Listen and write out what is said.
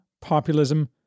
Populism